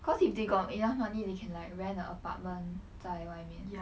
cause if they got enough money they can like rent an apartment 在外面